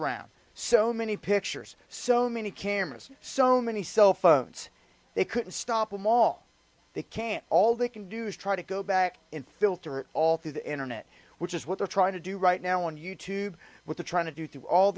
around so many pictures so many cameras so many cell phones they couldn't stop them all they can't all they can do is try to go back in filter all through the internet which is what they're trying to do right now on you tube with the trying to do all